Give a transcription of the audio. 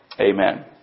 Amen